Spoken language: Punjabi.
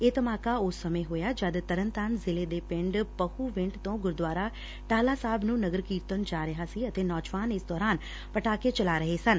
ਇਹ ਧਮਾਕਾ ਉਸ ਸਮੇਂ ਹੋਇਆ ਜਦ ਤਰਨਤਾਰਨ ਜਿਲੇ ਦੇ ਪੰਡ ਪਹੁ ਵੰਡ ਤੋਂ ਗੁਰੁਦੁਆਰਾ ਟਾਹਲਾ ਸਾਹਿਬ ਨੂੰ ਨਗਰ ਕੀਰਤਨ ਜਾ ਰਿਹਾ ਸੀ ਅਤੇ ਨੌਜਵਾਨ ਇਸ ਦੌਰਾਨ ਪਟਾਕੇ ਚਲਾ ਰਹੇ ਸਨ